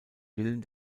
willen